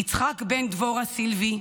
יצחק בן דבורה סלבי,